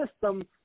system